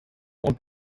und